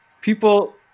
people